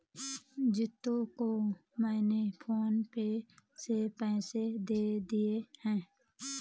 जीतू को मैंने PhonePe से पैसे दे दिए हैं